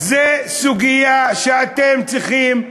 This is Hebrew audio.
זו סוגיה שאתם צריכים,